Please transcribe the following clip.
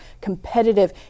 competitive